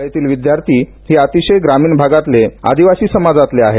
शाळेतले विद्यार्थी हे अतिशय ग्रामिण भागातले आदिवासी समाजातले आहे